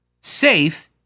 safe